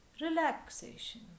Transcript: relaxation